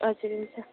हजुर हुन्छ